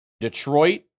Detroit